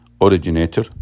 originator